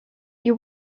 your